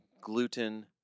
gluten